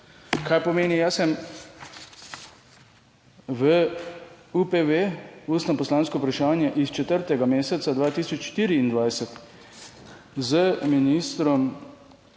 Kaj pomeni, jaz sem v UPV ustno poslansko vprašanje iz četrtega meseca 2024 z ministrom